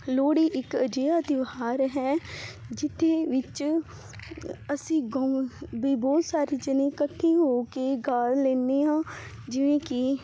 ਲੋਹੜੀ ਇੱਕ ਅਜਿਹਾ ਤਿਉਹਾਰ ਹੈ ਜਿੱਥੇ ਵਿੱਚ ਅਸੀਂ ਗੋ ਵੀ ਬਹੁਤ ਸਾਰੇ ਜਨੇ ਇਕੱਠੇ ਹੋ ਕੇ ਗਾ ਲੇਨੇ ਹਾਂ ਜਿਵੇਂ ਕੀ